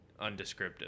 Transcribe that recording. undescriptive